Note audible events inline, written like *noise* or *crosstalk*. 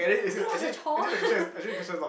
that was a chore *laughs*